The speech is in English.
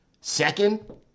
Second